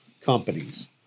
companies